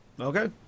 Okay